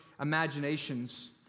imaginations